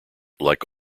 like